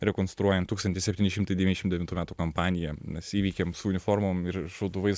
rekonstruojant tūkstantis septyni šimtai devyniasdešim devintų metų kampaniją mes įveikėm su uniformom ir šautuvais